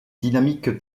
dynamique